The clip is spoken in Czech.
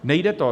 Nejde to.